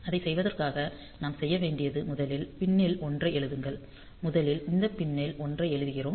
அதைச் செய்ததற்காக நாம் செய்ய வேண்டியது முதலில் பின் னில் 1 ஐ எழுதுங்கள் முதலில் இந்த பின் னில் 1 ஐ எழுதுகிறோம்